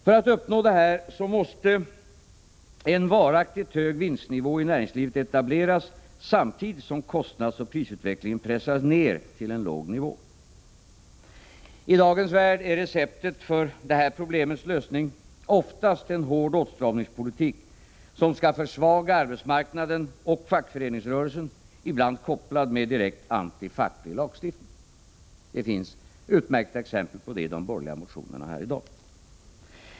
För att uppnå detta måste en varaktigt hög vinstnivå i näringslivet etableras, samtidigt som kostnadsoch prisutvecklingen pressades ner till en låg nivå. I dagens värld är receptet för det här problemets lösning i första hand en hård åtstramningspolitik som skall försvaga arbetsmarknaden och fackföreningsrörelsen, ibland kopplad med direkt antifacklig lagstiftning. Det finns utmärkta exempel på det i de borgerliga motionerna här i dag.